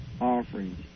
offerings